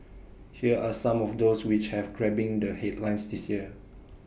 here are some of those which have grabbing the headlines this year